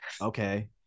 okay